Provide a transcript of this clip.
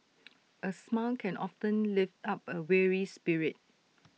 A smile can often lift up A weary spirit